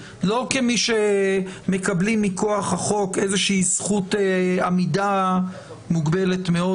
לא כמי שמקבלים מכוח החוק איזושהי זכות עמידה מוגבלת מאוד,